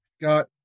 got